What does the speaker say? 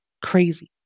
Crazy